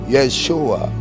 Yeshua